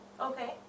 Okay